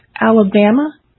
Alabama